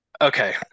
Okay